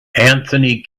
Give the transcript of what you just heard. anthony